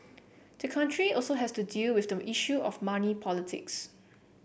the country also has to deal with the issue of money politics